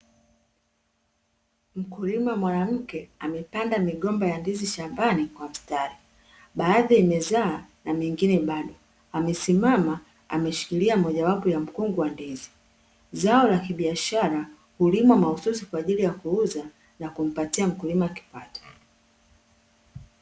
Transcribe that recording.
Mkulima mwanamke amepanda migomba ya ndizi shambani kwa mstari, baadhi imezaa na mingine bado. Amesimama ameshikilia mojawapo ya mkungu wa ndizi, zao la kibiashara hulimwa mahususi kwa ajili ya kuuza na kumpatia mkulima kipato.